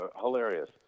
hilarious